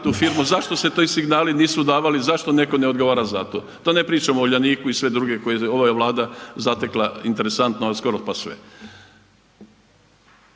tu firmu, zašto se ti signali nisu davali, zašto netko ne odgovara za to, da ne pričam o Uljaniku i sve druge koje je ova Vlada zatekla interesantno skoro pa sve.